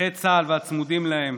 נכי צה"ל והצמודים להם,